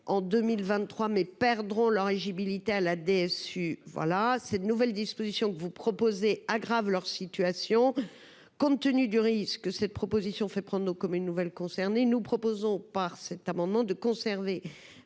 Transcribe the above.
en 2023 mais perdront leur et j'y militer à la DSU voilà, ces nouvelles dispositions que vous proposez aggrave leur situation, compte tenu du risque cette proposition fait prendre nos comme une nouvelle concernés nous proposons par cet amendement de conserver